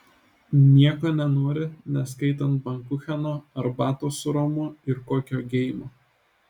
nieko nenori neskaitant bankucheno arbatos su romu ir kokio geimo